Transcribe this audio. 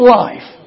life